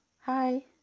hi